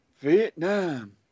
Vietnam